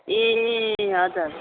ए हजुर